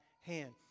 hand